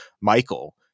Michael